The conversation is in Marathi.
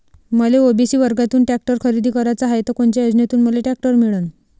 मले ओ.बी.सी वर्गातून टॅक्टर खरेदी कराचा हाये त कोनच्या योजनेतून मले टॅक्टर मिळन?